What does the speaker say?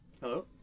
Hello